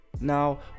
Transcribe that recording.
Now